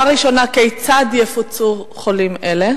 ברצוני לשאול: